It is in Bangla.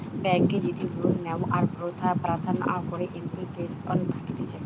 বেংকে যদি লোন লেওয়ার প্রার্থনা করে এপ্লিকেশন থাকতিছে